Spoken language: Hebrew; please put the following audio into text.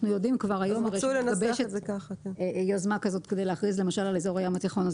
כבר היום מתגבשת יוזמה כזאת כדי להכריז למשל על אזור הים התיכון.